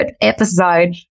episode